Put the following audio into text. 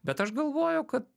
bet aš galvoju kad